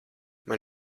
man